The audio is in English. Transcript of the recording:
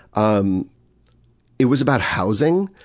um it was about housing,